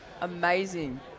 Amazing